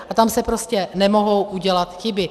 A tam se prostě nemohou udělat chyby.